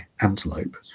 antelope